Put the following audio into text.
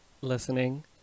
listening